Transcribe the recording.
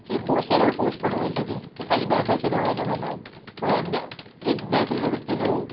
એ બહુ સરળ પોઝ પણ હોઈ શકે કે ખાલી બેઠો છે ને હવે એને બનાવું પણ એ બેઠેલા વ્યક્તિને હું